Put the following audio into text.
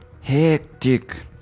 Hectic